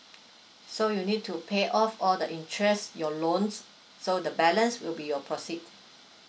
so you'll need to pay off all the interest your loans so the balance will be your proceed